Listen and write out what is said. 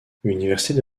université